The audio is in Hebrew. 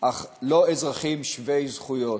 אך לא אזרחים שווי זכויות.